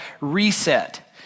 Reset